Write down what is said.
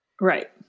Right